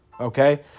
okay